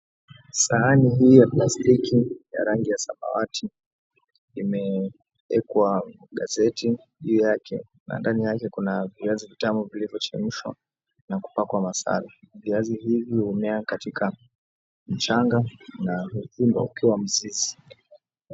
Sahani hii ya plastiki ya samawati ime wekwa gazeti juu yake na ndani yake kuna viazi vitamu vilivyo chemshwa na kupakwa masala viazi hivi humea katika mchanga na huvunwa ukiwa mzizi.